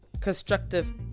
constructive